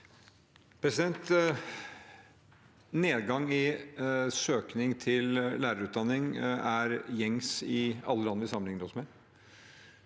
Nedgan- gen i søkningen til lærerutdanning er gjengs i alle land vi sammenligner oss med.